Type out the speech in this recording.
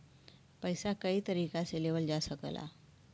पइसा कई तरीका से लेवल जा सकल जाला